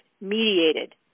mediated